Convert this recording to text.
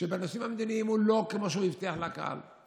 שבנושאים המדיניים הוא לא כמו שהבטיח לקהל,